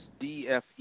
DFE